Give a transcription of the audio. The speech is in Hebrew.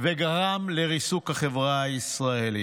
וגרם לריסוק החברה הישראלית.